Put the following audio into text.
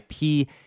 IP